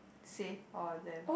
save all of them